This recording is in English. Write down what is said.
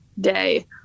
day